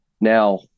now